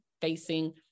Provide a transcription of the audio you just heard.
facing